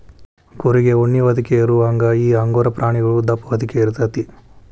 ಕುರಿಗೆ ಉಣ್ಣಿ ಹೊದಿಕೆ ಇರುವಂಗ ಈ ಅಂಗೋರಾ ಪ್ರಾಣಿಗು ದಪ್ಪ ಹೊದಿಕೆ ಇರತತಿ